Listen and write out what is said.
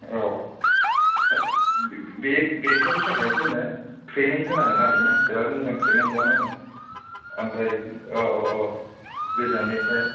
औ बे बेफोरनि थाखाय जोंनो ट्रेनिं होनांगोन आरखि ना बिराथ मोजां ट्रेनिं खालामनांगोन आमफ्राय अ अ अ गोजाननिफ्राय